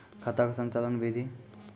खाता का संचालन बिधि?